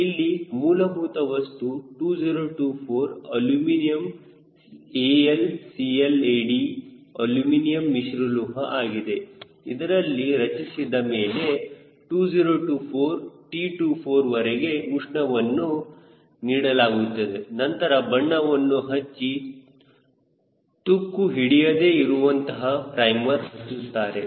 ಇಲ್ಲಿ ಮೂಲಭೂತ ವಸ್ತು 2024 Alclad ಅಲುಮಿನಿಯಂ ಮಿಶ್ರಲೋಹ ಆಗಿದೆ ಇದರಲ್ಲಿ ರಚಿಸಿದ ಮೇಲೆ 2024 T24 ವರೆಗೆ ಉಷ್ಣವನ್ನು ನೀಡಲಾಗುತ್ತದೆ ನಂತರ ಬಣ್ಣವನ್ನು ಹಚ್ಚಿ ತುಕ್ಕು ಹಿಡಿಯದೆ ಇರುವಂತಹ ಪ್ರೈಮರ್ ಹಚ್ಚುತ್ತಾರೆ